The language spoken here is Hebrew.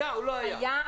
היה או לא היה?